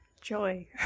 joy